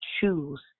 choose